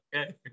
okay